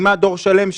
מכתימה דור שלם,